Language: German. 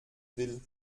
will